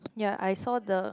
ya I saw the